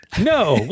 no